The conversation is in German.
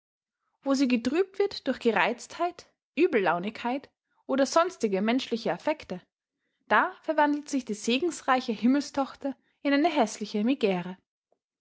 wo sie getrübt wird durch gereiztheit übellaunigkeit oder sonstige menschliche affekte da verwandelt sich die segensreiche himmelstochter in eine häßliche megäre